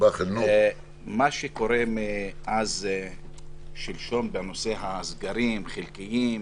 מה שקורה מאז שלשום בנושא הסגרים החלקיים,